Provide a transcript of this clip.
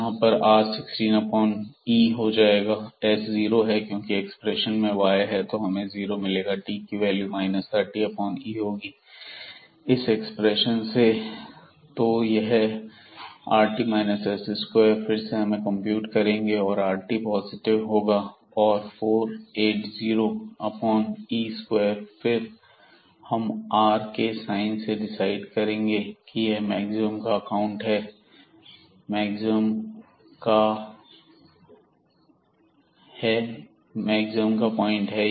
यहां पर R 16e हो जाएगा और s जीरो होगा क्योंकि एक्सप्रेशन में y है तो हमें जीरो मिलेगा t की वैल्यू 30e होगी इस एक्सप्रेशन से तो यह rt s2 फिर से हम कंप्यूट करेंगे और rt पॉजिटिव होगा और 480e2 फिर हम r के साइन से डिसाइड करेंगे कि यह मैक्सिमम का अकाउंट है या मिनिमम का पॉइंट है